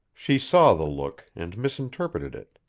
she saw the look, and misinterpreted it.